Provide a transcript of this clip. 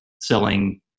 selling